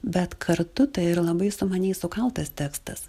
bet kartu tai ir labai sumaniai sukaltas tekstas